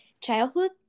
childhood